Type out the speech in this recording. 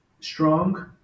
strong